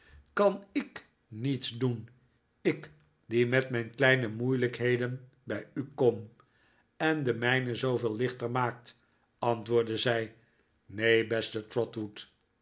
kan ik niets doen ik die met mijn kleine moeilijkheden bij u kom en de mijne zooveel lichter maakt antwoordde zij neen beste